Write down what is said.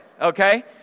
okay